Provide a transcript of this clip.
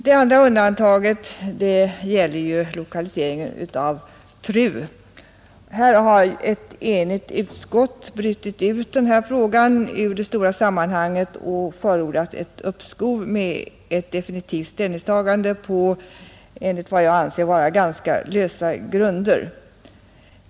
Det andra undantaget gäller lokaliseringen av TRU. Här har ett enigt utskott brutit ut denna fråga ur det stora sammanhanget och förordat uppskov med ett definitivt ställningstagande på, enligt vad jag anser, ganska lösa grunder.